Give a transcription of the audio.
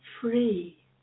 free